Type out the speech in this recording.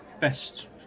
best